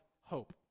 hope